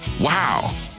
wow